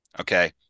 Okay